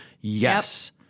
Yes